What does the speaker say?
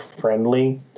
friendly